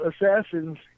assassins